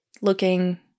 looking